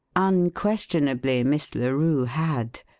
unquestionably miss larue had.